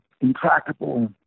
intractable